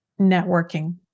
networking